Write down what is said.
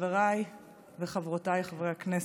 חבריי וחברותיי חברי הכנסת,